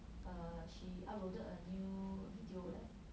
err she uploaded a new video leh